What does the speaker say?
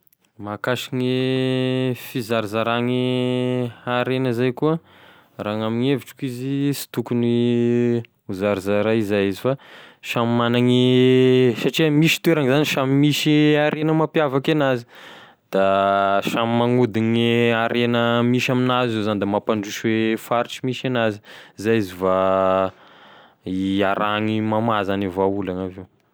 Ahakasike gne fizarazane harena zay koa, raha gn'amign'evitrako izy sy tokony hozarizaray zay izy fa samy magnany e satria misy toerany zany samy misy harena mampiavaky anazy da samy magnodigny gne harena misy aminazy eo zany da mampandroso e faritry misy anazy izy va iarahany mamaha zany e vahaolana avy eo.